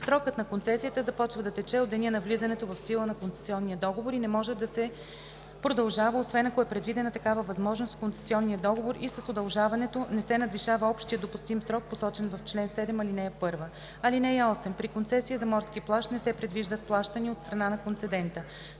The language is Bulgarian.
Срокът на концесията започва да тече от деня на влизането в сила на концесионния договор и не може да се продължава, освен ако е предвидена такава възможност в концесионния договор и с удължаването не се надвишава общият допустим срок, посочен в чл. 7, ал. 1. (8) При концесия за морски плаж не се предвиждат плащания от страна на концедента.